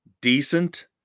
decent